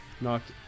Knocked